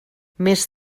més